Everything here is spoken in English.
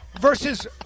Versus